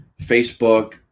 Facebook